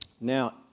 Now